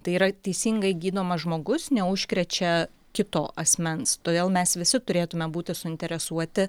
tai yra teisingai gydomas žmogus neužkrečia kito asmens todėl mes visi turėtume būti suinteresuoti